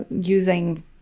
using